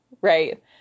right